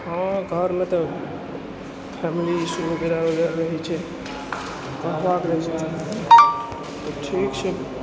हाँ घरमे तऽ फैमिली ईसू वगैरह वगैरह रहै छै पढ़बाक रहै छै तऽ ठीक छै